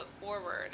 forward